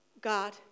God